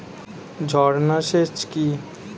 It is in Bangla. ঝর্না সেচ কি?